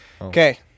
Okay